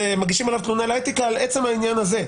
מגישים עליו תלונה לאתיקה על עצם העניין הזה.